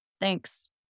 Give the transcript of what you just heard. Thanks